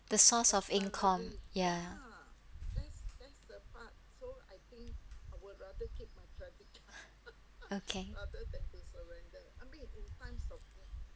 the source of income ya okay